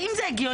האם זה הגיוני?